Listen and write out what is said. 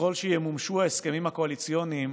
שככל שימומשו ההסכמים הקואליציוניים,